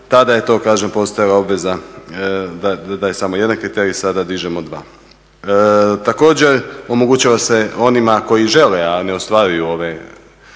Tada je to kažem postojala obveza da je samo jedan kriterij, sada dižemo dva. Također, omogućava se onima koji žele, a ne ostvaruju ove,